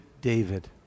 David